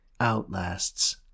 outlasts